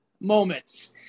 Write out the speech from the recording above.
moments